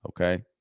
Okay